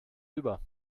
über